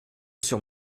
sur